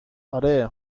آره